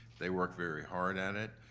they work very hard at it.